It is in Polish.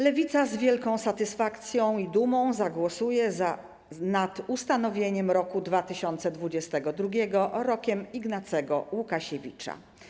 Lewica z wielką satysfakcją i dumą zagłosuje za ustanowieniem roku 2022 rokiem Ignacego Łukasiewicza.